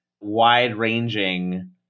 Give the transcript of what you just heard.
wide-ranging